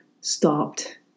stopped